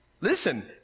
listen